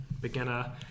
beginner